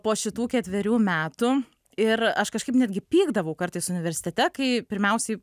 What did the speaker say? po šitų ketverių metų ir aš kažkaip netgi pykdavau kartais universitete kai pirmiausiai